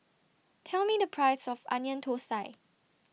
Tell Me The Price of Onion Thosai